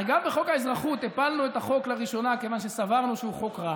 הרי גם בחוק האזרחות הפלנו את החוק לראשונה כיוון שסברנו שהוא חוק רע,